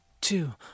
two